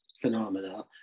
phenomena